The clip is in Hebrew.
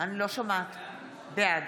בעד